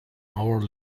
our